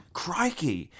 crikey